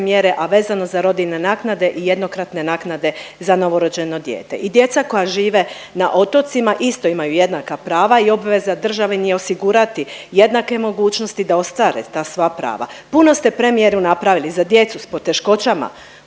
a vezano za rodiljne naknade i jednokratne naknade za novorođeno dijete i djeca koja žive na otocima isto imaju jednaka prava i obveza države im je osigurati jednake mogućnosti da ostvare ta svoja prava. Puno ste premijeru napravili za djecu s poteškoćama